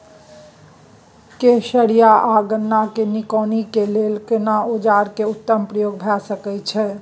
कोसयार आ गन्ना के निकौनी के लेल केना औजार के उत्तम प्रयोग भ सकेत अछि?